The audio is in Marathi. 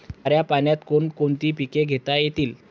खाऱ्या पाण्यात कोण कोणती पिके घेता येतील?